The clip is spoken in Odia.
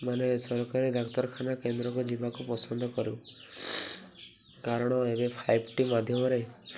ମାନେ ସରକାରୀ ଡାକ୍ତରଖାନା କେନ୍ଦ୍ରକୁ ଯିବାକୁ ପସନ୍ଦ କରୁ କାରଣ ଏବେ ଫାଇପ୍ ଟି ମାଧ୍ୟମରେ